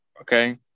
okay